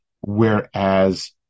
Whereas